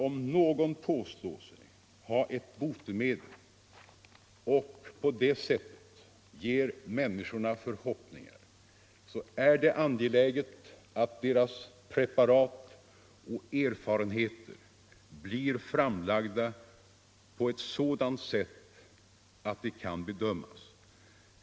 Om någon påstår sig ha ett botemedel mot sjukdom och därmed inger människor förhoppningar, är det särskilt med hänsyn till patienterna angeläget att deras preparat och erfarenheter blir framlagda på ett sådant sätt att de kan bedömas.